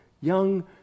young